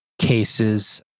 cases